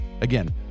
Again